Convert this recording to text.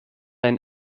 ein